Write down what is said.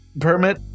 permit